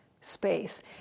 space